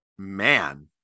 man